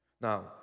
Now